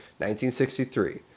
1963